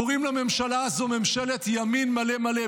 קוראים לממשלה הזו ממשלת ימין מלא מלא.